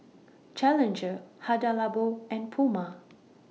Challenger Hada Labo and Puma